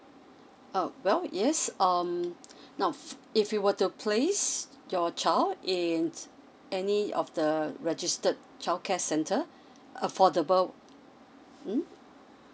err well yes um now if you were to place your child in any of the registered childcare center affordable mm